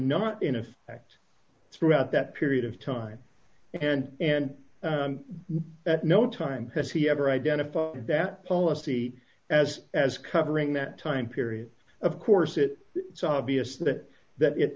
not in effect throughout that period of time and at no time has he ever identified that policy as as covering that time period of course it so obvious that that it